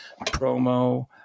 promo